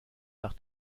nach